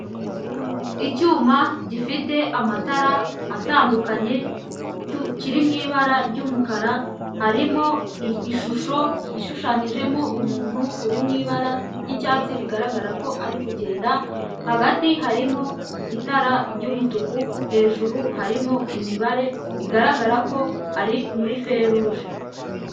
Icyuma gifite amatara atandukanye kiri mu ibara ry'umukara harimo ishusho yishushanyijemo umuntu uri mu ibara ry'icyatsi bigaragara ko ari kugenda, hagati harimo itara ry'umutuku, hejuru harimo imibare igaragara ko ari muri feruje.